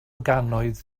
gannoedd